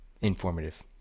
informative